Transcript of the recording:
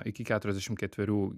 iki keturiasdešim ketverių